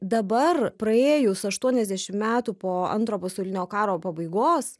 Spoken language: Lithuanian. dabar praėjus aštuoniasdešimt metų po antro pasaulinio karo pabaigos